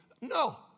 No